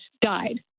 died